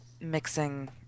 mixing